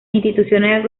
instituciones